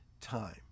time